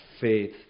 faith